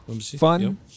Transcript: fun